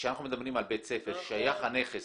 כשאנחנו מדברים על בית ספר והנכס שייך